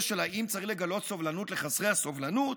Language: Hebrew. של אם צריך לגלות סובלנות לחסרי הסובלנות,